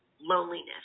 loneliness